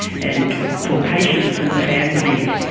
and for patients and families,